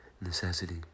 necessity